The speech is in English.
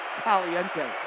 Caliente